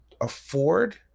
afford